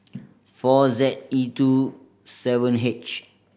four Z E two seven H